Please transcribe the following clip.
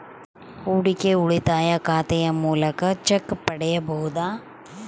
ಹೂಡಿಕೆಯ ಉಳಿತಾಯ ಖಾತೆಯ ಮೂಲಕ ಚೆಕ್ ಪಡೆಯಬಹುದಾ?